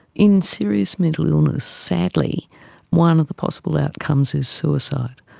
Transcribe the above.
in serious mental illness, sadly one of the possible outcomes is suicide.